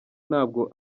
ntabwo